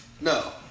no